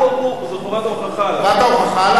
הוא אמור, חובת ההוכחה עליו.